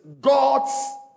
God's